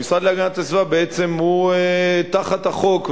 המשרד להגנת הסביבה בעצם הוא תחת החוק,